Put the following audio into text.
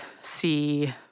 see